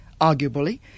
Arguably